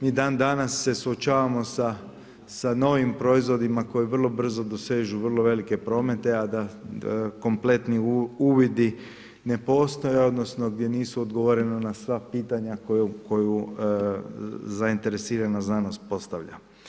Mi dandanas se suočavamo sa novim proizvodima koji vrlo brzo dosežu vrlo velike promete a da kompletni uvidi ne postoje odnosno gdje nisu odgovoreni na sva pitanja koje zainteresirana znanost postavlja.